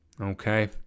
okay